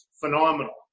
phenomenal